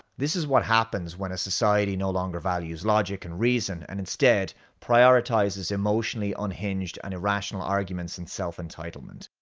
this is what happens when a society no longer values logic and reason and instead prioritizes emotionally unhinged and irrational arguments and self-entitlement.